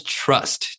trust